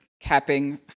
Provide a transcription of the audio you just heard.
capping